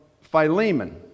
Philemon